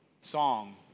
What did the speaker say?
song